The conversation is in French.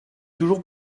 toujours